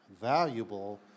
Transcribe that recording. valuable